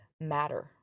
matter